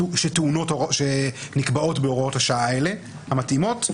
שנקבעות בהוראות השעה המתאימות.